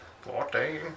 Fourteen